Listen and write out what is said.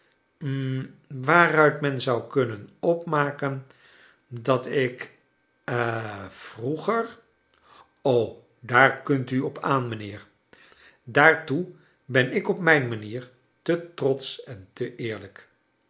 waaruit men zou k unnen opmaken dat ik ha vroeger daar kunt u op aan mijnheer daartoe ben ik op mijn manier te trotsch en te eerlijk